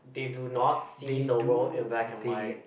they do not see the world in black and white